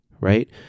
right